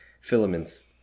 filaments